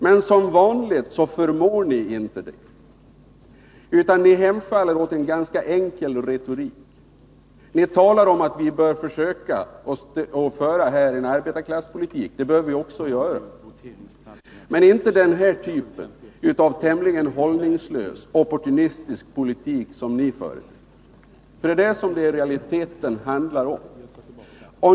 Men som vanligt förmår inte vpk göra detta utan hemfaller åt en ganska enkel retorik. Ni talar om att vi bör försöka föra en arbetarpolitik. Det bör vi göra. Men vi skall inte föra den typ av tämligen hållningslös, opportunistisk politik som ni föreslår. Det är detta som det i realiteten handlar om.